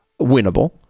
winnable